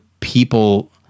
People